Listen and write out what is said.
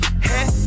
hey